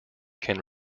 can